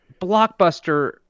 blockbuster